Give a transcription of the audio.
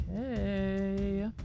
Okay